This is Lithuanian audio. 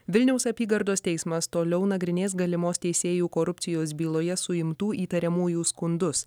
vilniaus apygardos teismas toliau nagrinės galimos teisėjų korupcijos byloje suimtų įtariamųjų skundus